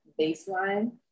baseline